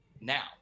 Now